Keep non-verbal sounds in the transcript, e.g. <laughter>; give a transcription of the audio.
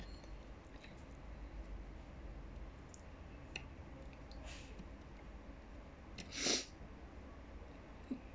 <noise>